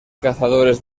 cazadores